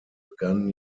begannen